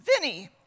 Vinny